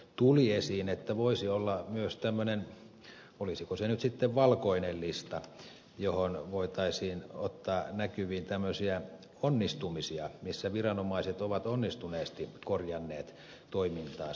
tuli esiin että voisi olla myös tämmöinen olisiko se nyt sitten valkoinen lista johon voitaisiin ottaa näkyviin onnistumisia missä viranomaiset ovat onnistuneesti korjanneet toimintaansa